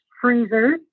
freezers